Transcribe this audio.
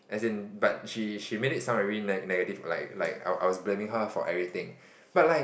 as in but she she made it sound very ne~ negative like like I was blaming her for everything but like